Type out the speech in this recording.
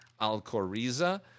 Alcoriza